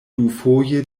dufoje